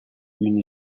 une